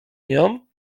nią